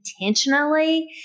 intentionally